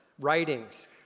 writings